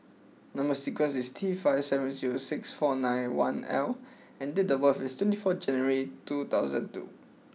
number sequence is T five seven zero six four nine one L and date of birth is twenty four January two thousand two